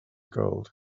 gold